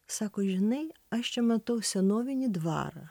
sako žinai aš čia matau senovinį dvarą